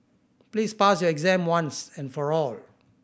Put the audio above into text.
please pass your exam once and for all